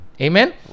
Amen